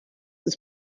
ist